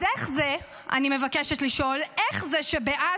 אז איך זה, אני מבקשת לשאול, איך זה שבעזה,